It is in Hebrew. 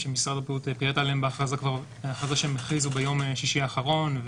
שמשרד הבריאות --- הכריז כבר ביום שישי האחרון,